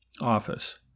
office